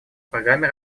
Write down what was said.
программе